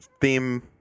theme